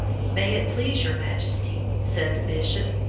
may it please your majesty, said the bishop,